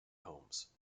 homes